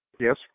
Yes